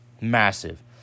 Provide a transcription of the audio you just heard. Massive